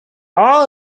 are